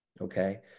Okay